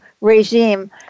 regime